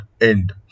end